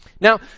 now